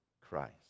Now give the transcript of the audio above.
Christ